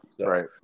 right